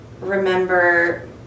remember